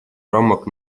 рамок